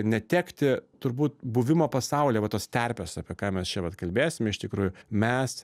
netekti turbūt buvimo pasaulyje va tos terpės apie ką mes čia vat kalbėsim iš tikrųjų mes